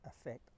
effect